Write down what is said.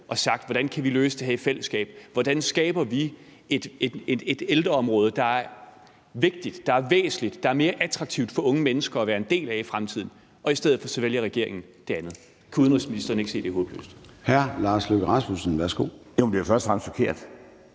og sagt: Hvordan kan vi løse det her i fællesskab? Hvordan skaber vi et ældreområde, der er vigtigt, væsentligt og mere attraktivt for unge mennesker at være en del af i fremtiden? I stedet for vælger regeringen det andet. Kan udenrigsministeren ikke se, at det er håbløst? Kl. 14:29 Formanden (Søren Gade): Hr.